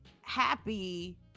happy